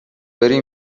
بری